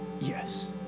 yes